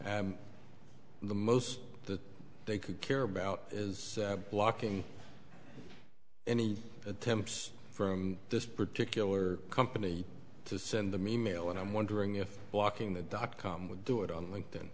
and the most that they could care about is blocking any attempts from this particular company to send them e mail and i'm wondering if blocking the dot com would do it on linke